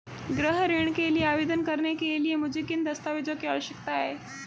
गृह ऋण के लिए आवेदन करने के लिए मुझे किन दस्तावेज़ों की आवश्यकता है?